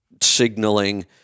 signaling